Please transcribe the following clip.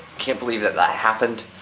can't believe that that happened,